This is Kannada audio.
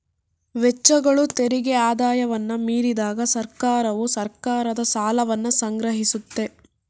ವೆಚ್ಚಗಳು ತೆರಿಗೆ ಆದಾಯವನ್ನ ಮೀರಿದಾಗ ಸರ್ಕಾರವು ಸರ್ಕಾರದ ಸಾಲವನ್ನ ಸಂಗ್ರಹಿಸುತ್ತೆ